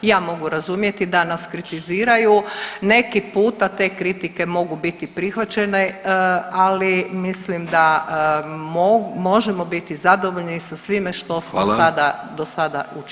Ja mogu razumjeti da nas kritiziraju, neki puta te kritike mogu biti prihvaćene, ali mislim da možemo biti zadovoljni sa svime što smo sada, do sada učinili.